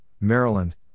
Maryland